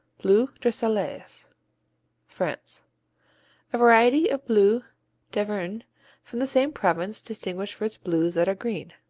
bleu de salers france a variety of bleu d'auvergne from the same province distinguished for its blues that are green.